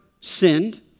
sinned